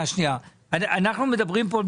אנחנו מדברים פה,